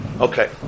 Okay